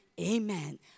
Amen